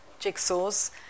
jigsaws